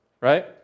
right